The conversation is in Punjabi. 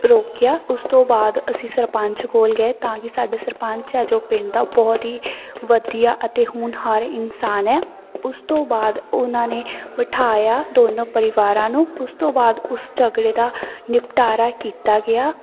ਰੋਕਿਆ ਉਸ ਤੋਂ ਬਾਅਦ ਅਸੀਂ ਸਰਪੰਚ ਕੋਲ ਗਏ ਤਾਂ ਕਿ ਸਾਡੇ ਸਰਪੰਚ ਹੈ ਜੋ ਪਿੰਡ ਦਾ ਬਹੁਤ ਹੀ ਵਧੀਆ ਅਤੇ ਹੋਣਹਾਰ ਇਨਸਾਨ ਹੈ ਉਸ ਤੋਂ ਬਾਅਦ ਉਹਨਾਂ ਨੇ ਬਿਠਾਇਆ ਦੋਨੋਂ ਪਰਿਵਾਰਾਂ ਨੂੰ ਉਸ ਤੋਂ ਬਾਅਦ ਉਸ ਝਗੜੇ ਦਾ ਨਿਪਟਾਰਾ ਕੀਤਾ ਗਿਆ